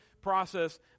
process